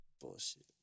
Bullshit